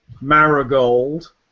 Marigold